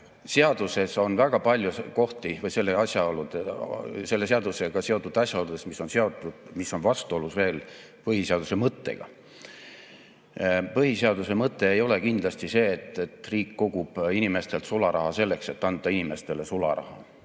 seaduses on väga palju kohti või selle seadusega on veel seotud asjaolusid, mis on vastuolus põhiseaduse mõttega. Põhiseaduse mõte ei ole kindlasti see, et riik kogub inimestelt sularaha selleks, et anda inimestele sularaha.